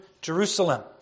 Jerusalem